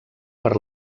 per